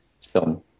film